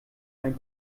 ein